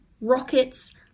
rockets